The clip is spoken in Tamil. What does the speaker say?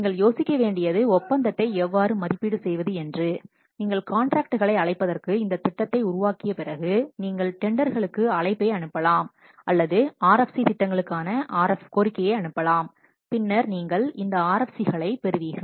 நீங்கள் யோசிக்கவேண்டியது ஒப்பந்தத்தை எவ்வாறு மதிப்பீடு செய்வது என்று நீங்கள் காண்ட்ராக்ட்களை அழைப்பதற்கு இந்த திட்டத்தை உருவாக்கிய பிறகு நீங்கள் டெண்டர்களுக்கு அழைப்பை அனுப்பலாம் அல்லது RFC திட்டங்களுக்கான RF கோரிக்கையை அனுப்பலாம் பின்னர் நீங்கள் இந்த RFC களைப் பெறுவீர்கள்